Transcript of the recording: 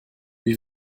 wie